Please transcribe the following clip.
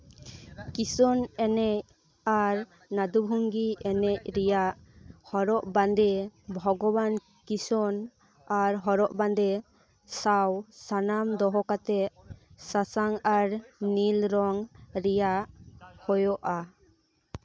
ᱠᱤᱥᱚᱱ ᱮᱱᱮᱪ ᱟᱨ ᱱᱟᱫᱩ ᱵᱷᱚᱝᱜᱤ ᱮᱱᱮᱪ ᱨᱮᱭᱟᱜ ᱦᱚᱨᱚᱜ ᱵᱟᱸᱫᱮ ᱵᱷᱚᱜᱚᱵᱟᱱ ᱠᱤᱥᱚᱱ ᱟᱨ ᱦᱚᱨᱚᱜ ᱵᱟᱸᱫᱮ ᱥᱟᱶ ᱥᱟᱱᱟᱢ ᱫᱚᱦᱚ ᱠᱟᱛᱮᱜ ᱥᱟᱥᱟᱝ ᱟᱨ ᱱᱤᱞ ᱨᱚᱝ ᱨᱮᱭᱟᱜ ᱦᱳᱭᱳᱜᱼᱟ